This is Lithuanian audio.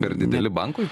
per dideli bankui